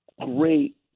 great